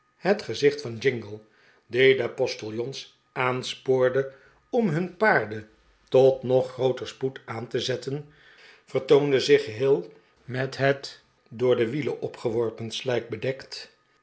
het gezicht van jingle die de postiljons aanspoorde om hun paarden tot nog grooter spoed aan te zetten vertoonde zich geheel met het door de wielen opgeworpen slijk bedekt